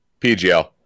PGL